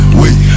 wait